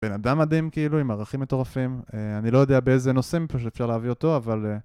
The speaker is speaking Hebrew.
בן אדם מדהים כאילו, עם ערכים מטורפים, אני לא יודע באיזה נושא מפה שאפשר להביא אותו, אבל...